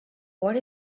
what